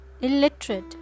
illiterate